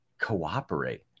cooperate